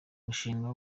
mushinga